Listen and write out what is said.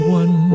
one